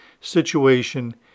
situation